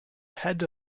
head